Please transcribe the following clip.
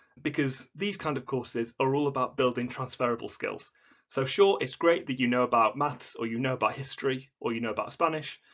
because these kind of courses are all about building transferable skills so sure, it's great that you know about maths, or you know about history, or you know about spanish,